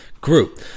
group